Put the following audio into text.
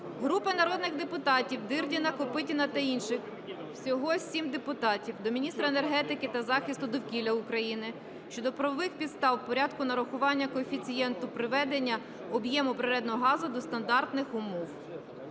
Групи народних депутатів (Дирдіна, Копитіна та інших. Всього 7 депутатів) до міністра енергетики та захисту довкілля України щодо правових підстав, порядку нарахування коефіцієнту приведення об'єму природного газу до стандартних умов,